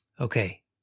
Okay